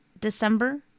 December